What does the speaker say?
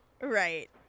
Right